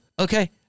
okay